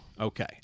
Okay